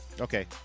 Okay